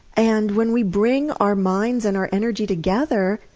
and when we bring our minds and our energy together,